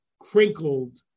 crinkled